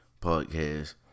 podcast